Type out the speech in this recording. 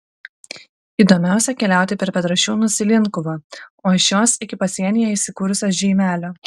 įdomiausia keliauti per petrašiūnus į linkuvą o iš jos iki pasienyje įsikūrusio žeimelio